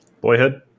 Boyhood